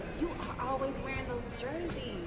you are always wearing those jerseys.